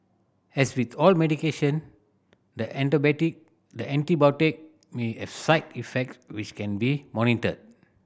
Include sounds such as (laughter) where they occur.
as with all medication the (unintelligible) the antibiotic may have side effect which can be monitored